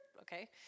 Okay